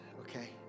okay